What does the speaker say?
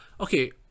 okay